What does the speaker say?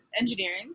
engineering